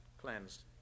cleansed